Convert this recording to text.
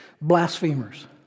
Blasphemers